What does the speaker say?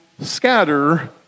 scatter